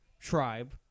tribe